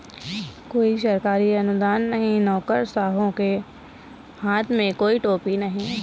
कोई सरकारी अनुदान नहीं, नौकरशाहों के हाथ में कोई टोपी नहीं